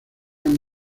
han